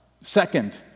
Second